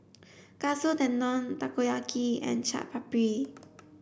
Katsu Tendon Takoyaki and Chaat Papri